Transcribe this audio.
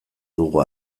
dugu